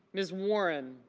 ms. warren